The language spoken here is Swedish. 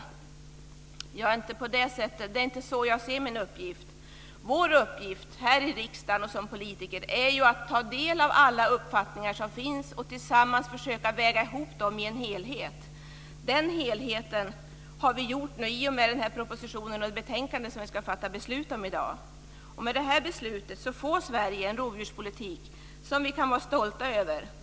Det är inte så jag ser min uppgift. Vår uppgift som politiker här i riksdagen är att ta del av alla uppfattningar och väga samman dem till en helhet. Det har vi nu gjort i och med den proposition och det betänkande som vi ska fatta beslut om i dag. Med det här beslutet får Sverige en rovdjurspolitik som vi kan vara stolta över.